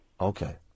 Okay